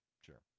sure